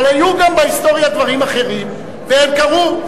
אבל היו גם בהיסטוריה דברים אחרים, והם קרו.